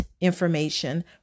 information